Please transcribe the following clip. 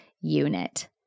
unit